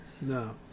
No